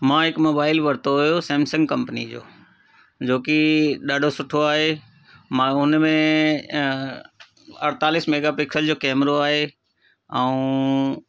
मां हिकु मोबाइल वरितो हुओ सैमसंग कंपनी जो जो की ॾाढो सुठो आहे मां हुन में अड़तालीस मेगापिक्सल जो कैमरो आहे ऐं